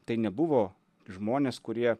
tai nebuvo žmonės kurie